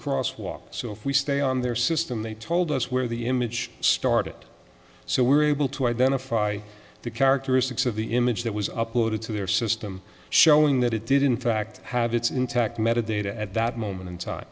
cross walk so if we stay on their system they told us where the image started so we were able to identify the characteristics of the image that was uploaded to their system showing that it did in fact have its intact met a data at that moment in time